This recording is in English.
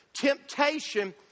Temptation